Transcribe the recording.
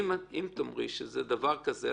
אם תאמרי שזה דבר כזה,